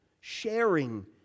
sharing